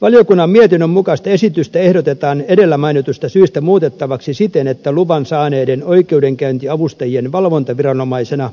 valiokunnan mietinnön mukaista esitystä ehdotetaan edellä mainituista syistä muutettavaksi siten että luvan saaneiden oikeudenkäyntiavustajien valvontaviranomaisena